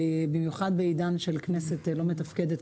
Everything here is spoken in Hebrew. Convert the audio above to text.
במיוחד בעידן של כנסת לא מתפקדת,